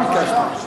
ועדה ביקשת.